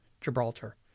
Gibraltar